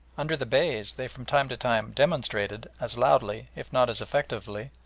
under the beys they from time to time demonstrated as loudly, if not as effectively,